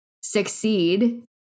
succeed